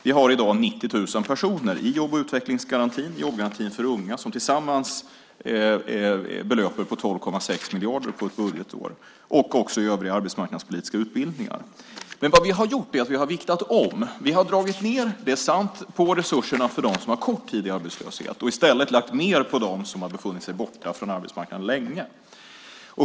Vi har i dag 90 000 personer i jobb och utvecklingsgarantin, i jobbgarantin för unga och i övriga arbetsmarknadspolitiska utbildningar som tillsammans belöper sig till 12,6 miljarder på ett budgetår. Vad vi har gjort är att vi har viktat om detta. Det är sant att vi har dragit ned på resurserna för dem som har varit kort tid i arbetslöshet och i stället lagt mer på dem som har varit borta länge från arbetsmarknaden.